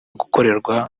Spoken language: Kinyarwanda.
gukorerwa